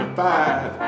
five